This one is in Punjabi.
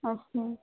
ਅੱਛਾ